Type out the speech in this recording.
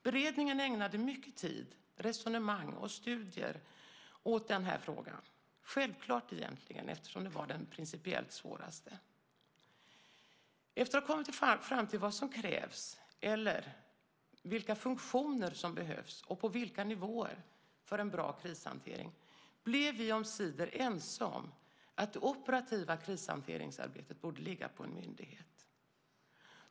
Beredningen ägnade mycket tid, resonemang och studier åt den frågan. Det är självklart egentligen eftersom det var den principiellt svåraste. Efter att ha kommit fram till vad som krävs eller vilka funktioner som behövs, och på vilka nivåer, för en bra krishantering blev vi omsider ense om att det operativa krishanteringsarbetet borde ligga på en myndighet.